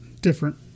different